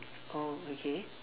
oh okay